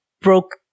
broke